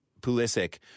Pulisic